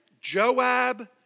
Joab